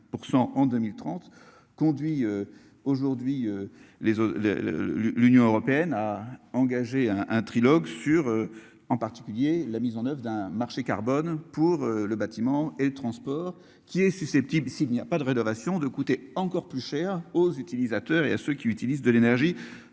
en 2030, conduit aujourd'hui les le le le l'Union européenne a engagé un un trilogue sur. En particulier la mise en oeuvre d'un marché carbone pour le bâtiment et transports qui est susceptible, s'il n'y a pas de rénovation de coûter encore plus cher aux utilisateurs et à ceux qui utilisent de l'énergie